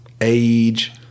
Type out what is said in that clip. age